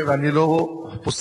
אני לא פוסח,